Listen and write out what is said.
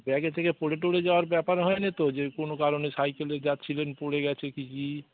ব্যাগে থেকে পড়ে টড়ে যাওয়ার ব্যাপার হয় না তো যে কোনো কারণে সাইকেলে যাচ্ছিলেন পড়ে গেছে কি কী